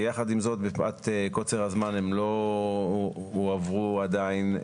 יחד עם זאת מפאת קוצר הזמן הם לא הועברו עדיין,